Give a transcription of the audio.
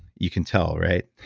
you can tell, right?